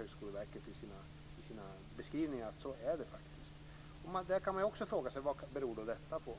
Högskoleverket visar i sina beskrivningar att det faktiskt är så. Också där kan man fråga sig vad det beror på.